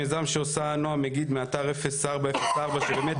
מיזם שעושה נועה מגיד מאתר 0404 שבאמת